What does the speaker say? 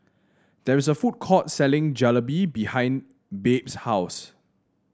there is a food court selling Jalebi behind Babe's house